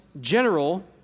general